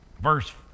Verse